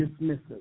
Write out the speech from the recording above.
dismissive